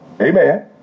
amen